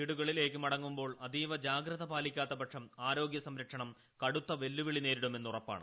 വീടുകളിലേക്ക് മടങ്ങുമ്പോൾ അതീവ ജാഗ്രത പാലിക്കാത്തപക്ഷം ആൽോഗ്യ സംരക്ഷണം കടുത്ത വെല്ലുവിളി നേരിടുമെന്നുറപ്പാണ്